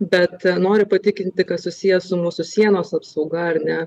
bet noriu patikinti kas susiję su mūsų sienos apsauga ar ne